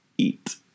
eat